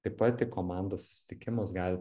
taip pat į komandos susitikimus galit